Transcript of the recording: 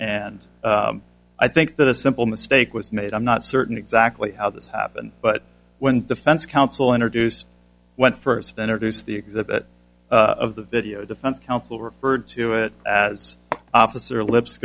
and i think that a simple mistake was made i'm not certain exactly how this happened but when defense counsel introduced went first interviews the exhibit of the video defense counsel referred to it as officer lips